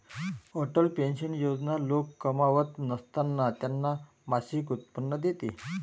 Atal pension योजना लोक कमावत नसताना त्यांना मासिक उत्पन्न देते